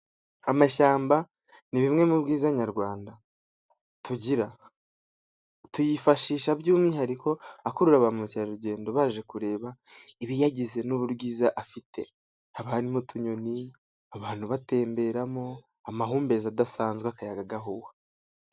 Amashyamba ni bimwe mu bwiza nyarwanda tugira, tuyifashisha by'umwihariko akurura ba mukerarugendo baje kureba ibiyagize n'ububwiza afite, abamo tunyoni, abantu batemberamo, amahumbezi adasanzwe, akayaga gahuha.